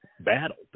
battle